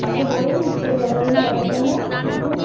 মাকে বলেছিস তোর জন্মদিন করার জন্য কিছু